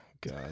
God